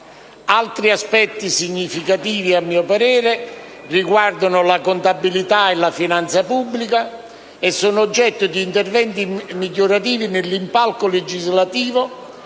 Altri aspetti significativi, a mio parere, riguardano la contabilità e la finanza pubblica e sono oggetto di interventi migliorativi dell'impalco legislativo,